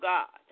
God